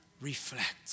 reflect